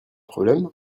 problème